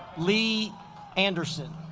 lee anderson